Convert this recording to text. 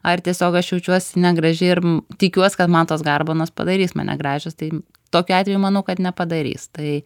ar tiesiog aš jaučiuosi negraži ir m tikiuos kad man tos garbanos padarys mane gražios tai tokiu atveju manau kad nepadarys tai